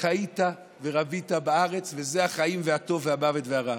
"וחיית ורבית בארץ" זה החיים והטוב והמוות והרע.